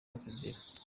inzira